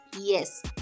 Yes